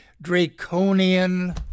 draconian